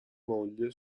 moglie